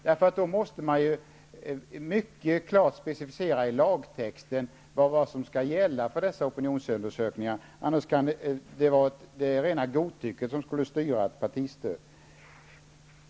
Då måste man ju i lagtexten mycket klart specificera vad som skall gälla för dessa opinionsundersökningar, eftersom rena godtycket annars kan komma att styra partistödet. Tack för ordet!